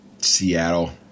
Seattle